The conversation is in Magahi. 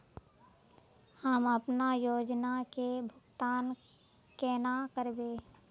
हम अपना योजना के भुगतान केना करबे?